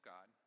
God